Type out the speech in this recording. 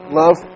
love